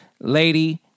lady